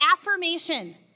affirmation